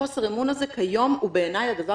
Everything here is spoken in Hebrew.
חוסר האמון הזה כיום הוא בעיניי הדבר